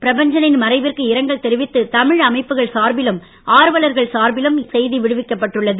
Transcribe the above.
பிரபஞ்ச னின் மறைவிற்கு இரங்கல் தெரிவித்து தமிழ் அமைப்புகள் சார்பிலும் ஆர்வலர்கள் சார்பிலும் இரங்கல் தெரிவித்து செய்தி விடுக்கப்பட்டுள்ளது